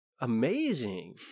Amazing